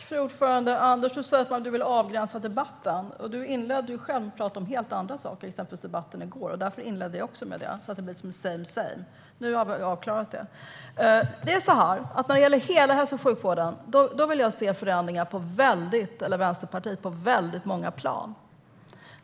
Fru talman! Du säger att du vill avgränsa debatten, Anders, men du inledde själv med att prata om helt andra saker, exempelvis debatten i går. Därför inledde jag också med det, men nu har vi klarat av det. När det gäller hela hälso och sjukvården vill Vänsterpartiet se förändringar på väldigt många plan.